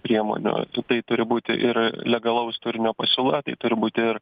priemonių tai turi būti ir legalaus turinio pasiūla tai turi būti ir